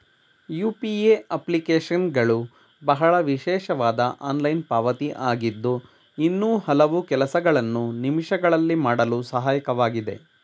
UPA ಅಪ್ಲಿಕೇಶನ್ಗಳು ಬಹಳ ವಿಶೇಷವಾದ ಆನ್ಲೈನ್ ಪಾವತಿ ಆಗಿದ್ದು ಇನ್ನೂ ಹಲವು ಕೆಲಸಗಳನ್ನು ನಿಮಿಷಗಳಲ್ಲಿ ಮಾಡಲು ಸಹಾಯಕವಾಗಿದೆ